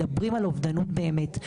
מדברים על אובדנות באמת.